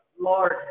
Lord